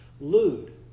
Lewd